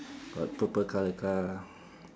got purple colour car